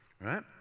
right